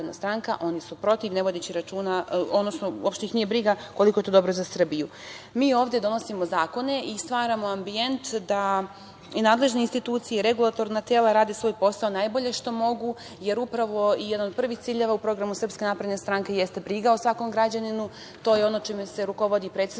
oni su protiv, ne vodeći računa, odnosno, uopšte ih nije briga koliko je to dobro za Srbiju. Mi ovde donosimo zakone i stvaramo ambijent da i nadležne institucije i regulatorna tela rade svoj posao najbolje što mogu, jer upravo jedan od prvih ciljeva u programu SNS jeste briga o svakom građaninu. To je ono čime se rukovodi predsednik